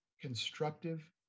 constructive